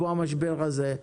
כמו המשבר הזה,